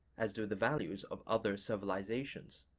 as do the values of other civilizations.